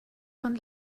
von